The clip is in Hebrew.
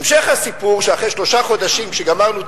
המשך הסיפור, שאחרי שלושה חודשים, כשגמרנו,